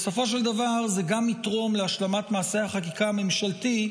בסופו של דבר זה יתרום גם להשלמת מעשה החקיקה הממשלתי,